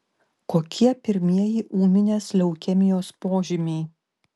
kokie pirmieji ūminės leukemijos požymiai